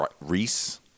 Reese